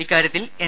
ഇക്കാര്യത്തിൽ എൻ